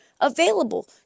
available